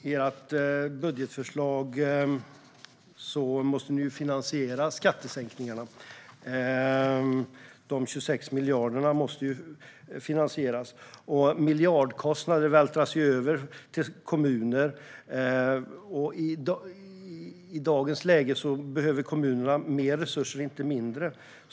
Herr talman! Ni måste ju finansiera de 26 miljarderna i skattesänkningar i ert budgetförslag. Miljardkostnader vältras över på kommunerna, och i dagens läge behöver de mer resurser och inte mindre.